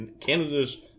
Canada's